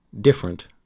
different